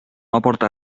aporta